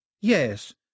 Yes